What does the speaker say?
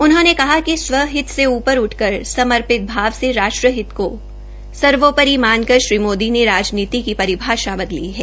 उन्होंने कहा कि स्वहित से ऊपर उठकर समर्पित भाव से राष्ट्रहित को सर्वोपरि मानकर श्री मोदी ने राजनीति की परिभाषा बदली है